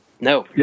No